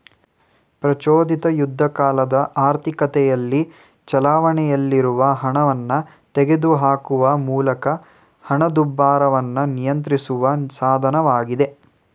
ಪ್ರಚೋದಿತ ಯುದ್ಧಕಾಲದ ಆರ್ಥಿಕತೆಯಲ್ಲಿ ಚಲಾವಣೆಯಲ್ಲಿರುವ ಹಣವನ್ನ ತೆಗೆದುಹಾಕುವ ಮೂಲಕ ಹಣದುಬ್ಬರವನ್ನ ನಿಯಂತ್ರಿಸುವ ಸಾಧನವಾಗಿದೆ